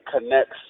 connects